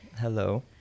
Hello